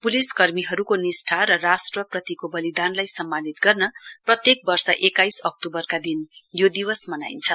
police कर्मीहरूको निष्ठा र राष्ट्रप्रतिको बलिदानलाई सम्मानित गर्न प्रत्येक वर्ष एक्काइस अक्टूबरका दिन यो दिवस मनाइन्छ